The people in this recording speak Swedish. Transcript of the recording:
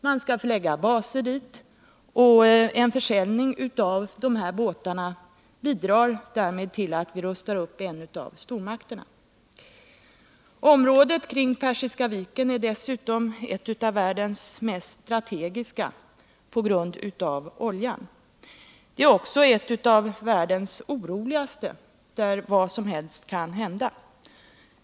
Man skall förlägga baser dit, och en försäljning från Sverige av dessa patrullbåtar bidrar därmed till att rusta upp en av stormakterna. Området kring Persiska viken är dessutom på grund av oljan ett av världens strategiskt mest känsliga områden. Det är också ett av världens oroligaste områden, där vad som helst kan hända.